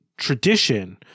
tradition